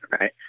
right